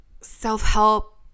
self-help